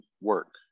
work